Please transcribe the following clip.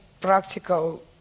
practical